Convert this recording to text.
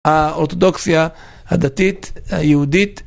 האורתודוקסיה הדתית, היהודית.